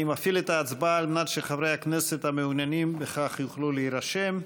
אני מפעיל את ההצבעה על מנת שחברי הכנסת המעוניינים בכך יוכלו להירשם.